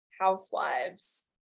housewives